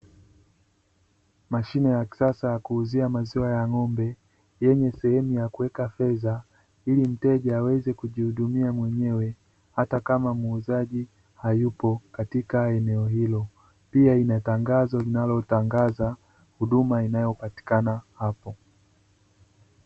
Mashine ya kisasa ya kuuzia maziwa ya ng'ombe yenye sehemu ya kuweka fedha ili mteja aweze kujihudumia mwenyewe hata kama muuzaji hayupo katika eneo hilo, pia ina tangazo linalotangaza huduma inayopatikana hapo.